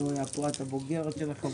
לעצור יבוא של כלים חדשים עד לחקיקה